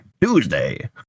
Tuesday